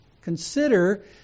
consider